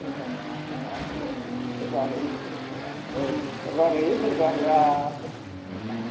सरखारनि हासाराबो सोरबा होयो सोरबा औ सोरबा होयो सोरबा होआ